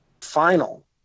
final